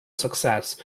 success